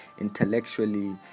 intellectually